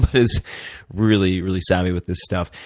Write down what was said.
he's really, really savvy with this stuff.